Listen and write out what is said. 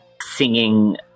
singing